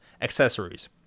accessories